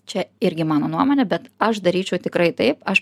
čia irgi mano nuomonė bet aš daryčiau tikrai taip aš